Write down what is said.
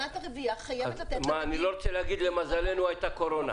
אני לא רוצה להגיד למזלנו, הייתה קורונה.